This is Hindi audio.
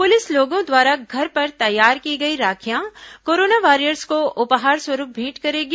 पुलिस लोगों द्वारा घर पर तैयार की गई राखियां कोरोना वॉरियर्स को उपहार स्वरूप भेंट करेगी